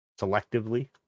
Selectively